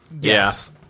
Yes